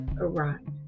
arrived